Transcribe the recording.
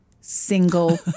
single